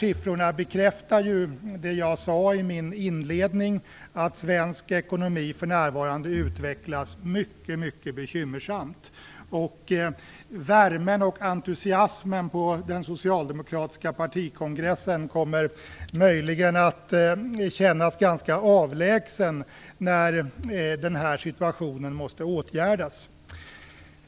Siffrorna bekräftar det som jag sade i min inledning, att utvecklingen för svensk ekonomi för närvarande är mycket bekymmersam. Värmen och entusiasmen under den socialdemokratiska partikongressen kommer möjligen att kännas ganska avlägsen när denna situation måste åtgärdas.